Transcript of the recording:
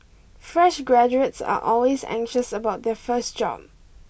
fresh graduates are always anxious about their first job